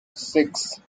six